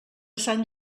sant